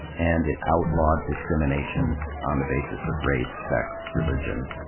and it outlawed discrimination on the basis of race, sex, religion,